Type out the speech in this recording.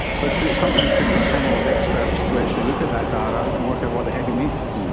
but it sometimes takes a panel of experts to actually look at that data and work out what the heck it means.